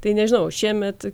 tai nežinau šiemet